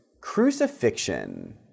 crucifixion